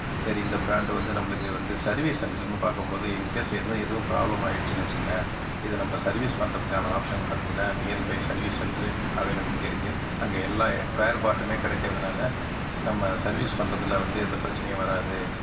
சரி இந்த பிராண்டு வந்து நம்பளுக்கு வந்து சர்வீஸ் சென்டருனு பார்க்கும் போது இன்கேஷ் ஏதும் ஏதும் ப்ராப்ளம் ஆயிடுச்சுன்னு வச்சுங்களேன் இதை நம்ம சர்வீஸ் பண்ணுறதுக்கான ஆப்ஷன்னு பார்த்திங்கன்னா நியர்பை சர்வீஸ் சென்ட்ரு அவைலபுல்டி இருக்குது அங்கே எல்லா ஸ்பேர் பார்ட்டுமே கிடைக்கிறதுனால நம்ம சர்வீஸ் பண்றதில் வந்து எந்த பிரச்சினையும் வராது